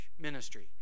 ministry